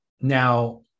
Now